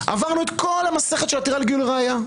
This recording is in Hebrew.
עברנו את כל המסכת של עתירה לגילוי ראיה.